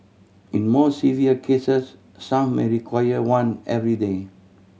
in more severe cases some may require one every day